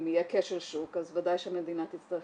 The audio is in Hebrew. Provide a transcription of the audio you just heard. אם יהיה כשל שוק אז בוודאי שהמדינה תצטרך